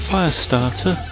Firestarter